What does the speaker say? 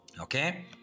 okay